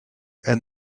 and